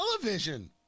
television